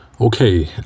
Okay